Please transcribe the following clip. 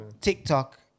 TikTok